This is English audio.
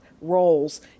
roles